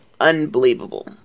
unbelievable